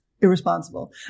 irresponsible